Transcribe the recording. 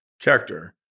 character